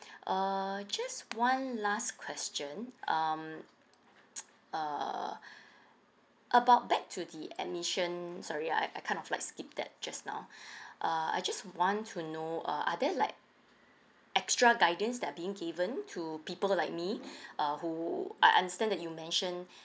uh just one last question um err about back to the admission sorry I I kind of like skip that just now uh I just want to know uh are there like extra guidance that are being given to people like me err who I understand that you mentioned